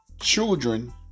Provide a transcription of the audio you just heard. children